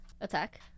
attack